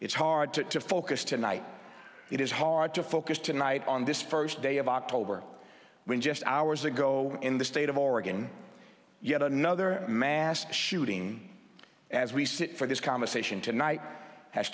it's hard to to focus tonight it is hard to focus tonight on this first day of october when just hours ago in the state of oregon yet another mass shooting as we sit for this conversation tonight has